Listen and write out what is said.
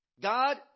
God